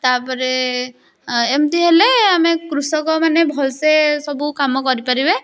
ତାପରେ ଏମିତି ହେଲେ ଆମେ କୃଷକମାନେ ଭଲସେ ସବୁ କାମ କରି ପାରିବେ